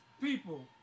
people